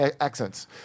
accents